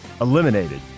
eliminated